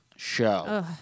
show